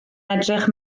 edrych